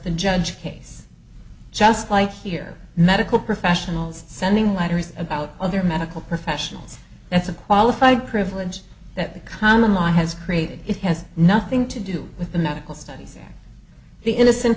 the judge case just like here medical professionals sending letters about other medical professionals that's a qualified privilege that the common law has created it has nothing to do with the medical studies the innocent